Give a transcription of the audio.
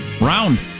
Round